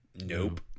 Nope